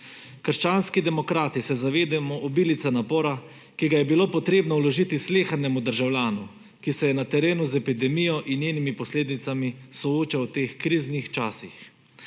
Krščanski demokrati se zavedamo oblice napora, ki ga je bilo potrebno vložiti slehernemu državljanu, ki se je na terenu z epidemijo in njenimi posledicami soočal v teh kriznih časih.